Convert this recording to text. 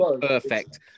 perfect